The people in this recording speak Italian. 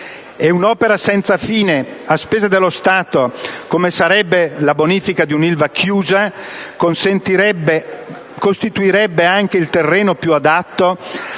un'opera senza fine, a spese dello Stato come sarebbe la bonifica di un'Ilva chiusa, costituirebbe anche il terreno più adatto